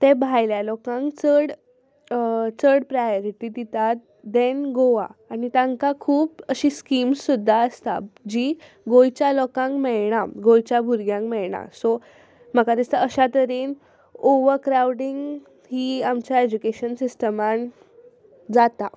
ते भायल्या लोकांक चड चड प्रायोरिटी दितात दॅन गोवा आनी तांकां खूब अशीं स्किम्स सुद्दां आसता जीं गोंयच्या लोकांक मेळना गोंयच्या भुरग्यांक मेळना सो म्हाका दिसता अश्या तरेन ओवर क्रावडींग ही आमच्या एज्युकेशन सिस्टमांत जाता